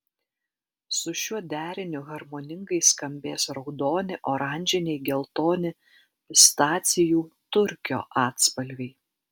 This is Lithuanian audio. su šiuo deriniu harmoningai skambės raudoni oranžiniai geltoni pistacijų turkio atspalviai